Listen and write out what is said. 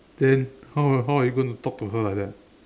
then how how are you going to talk to her like that